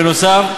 בנוסף,